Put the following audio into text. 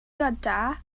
gyda